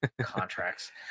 contracts